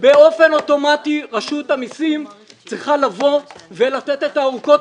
באופן אוטומטי רשות המסים צריכה לבוא ולתת את האורכות